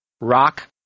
rock